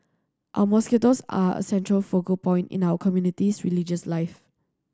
our mosquitoes are a central focal point in our community's religious life